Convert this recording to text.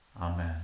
Amen